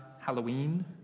Halloween